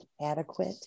adequate